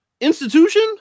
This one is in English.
institution